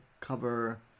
cover